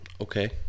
okay